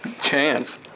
Chance